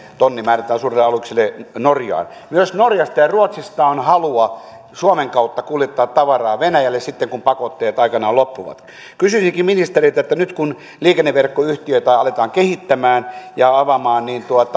tonnimäärältään suurille aluksille norjaan myös norjasta ja ruotsista on halua suomen kautta kuljettaa tavaraa venäjälle sitten kun pakotteet aikanaan loppuvat kysyisinkin ministeriltä nyt kun liikenneverkkoyhtiöitä aletaan kehittämään ja avaamaan